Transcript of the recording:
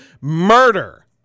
murder